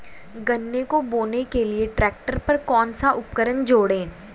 गन्ने को बोने के लिये ट्रैक्टर पर कौन सा उपकरण जोड़ें?